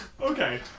Okay